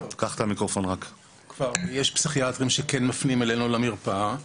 יש פסיכיאטרים שכן מפנים אלינו למרפאה,